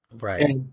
Right